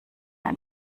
ein